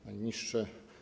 Panie Ministrze!